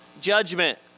judgment